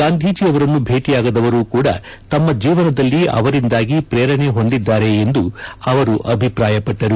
ಗಾಂಧೀಜಿ ಅವರನ್ನು ಭೇಟಿಯಾಗದವರೂ ಕೂಡ ತಮ್ಮ ಜೀವನದಲ್ಲಿ ಅವರಿಂದಾಗಿ ಪ್ರೇರಣೆ ಹೊಂದಿದ್ದಾರೆ ಎಂದು ಅವರು ಅಭಿಪ್ರಾಯಪಟ್ಟರು